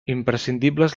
imprescindibles